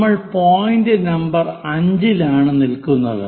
നമ്മൾ point number 5 ലാണ് നില്കുന്നത്